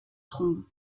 trombe